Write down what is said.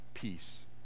peace